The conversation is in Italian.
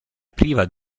priva